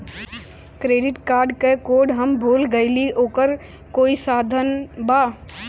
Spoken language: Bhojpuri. क्रेडिट कार्ड क कोड हम भूल गइली ओकर कोई समाधान बा?